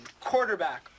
quarterback